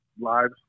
lives